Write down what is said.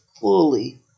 fully